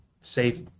safe